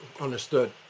Understood